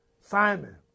Simon